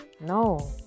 no